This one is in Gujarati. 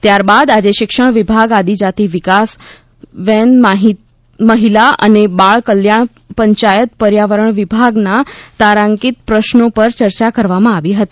ત્યાર બાદ આજે શિક્ષણ વિભાગ આદિજાતિ વિકાસ વેન મહિલા અને બાળ કલ્યાણ પંચાયત પર્યાવરણ વિભાગના તારાંકિત પ્રશ્નો પર ચર્ચા કરવામાં આવી હતી